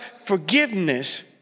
forgiveness